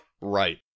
Right